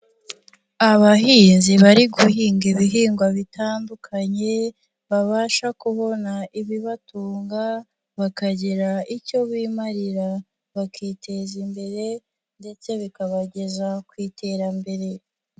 Abahinzi bari guhinga ibihingwa bitandukanye, babasha kubona ibibatunga bakagira icyo bimarira, bakiteza imbere ndetse bikabageza ku iterambere.